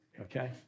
okay